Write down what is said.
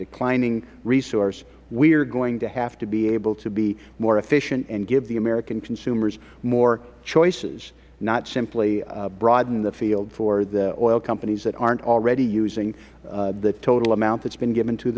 declining resource we are going to have to be able to be more efficient and give the american consumers more choices not simply broaden the field for the oil companies that aren't already using the total amount that has been given to